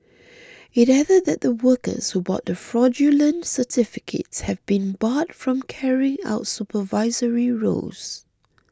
it added that the workers who bought the fraudulent certificates have been barred from carrying out supervisory roles